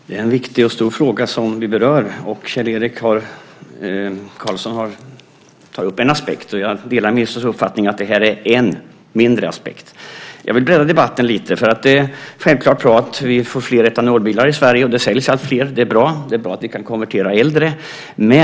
Herr talman! Det är en viktig och stor fråga som vi berör, och Kjell-Erik Karlsson tar upp en aspekt. Jag delar ministerns uppfattning att det här är en mindre aspekt. Jag vill bredda debatten lite. Det säljs alltfler etanolbilar i Sverige, och det är bra. Det är bra att vi kan konvertera äldre bilar.